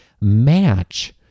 match